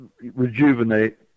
rejuvenate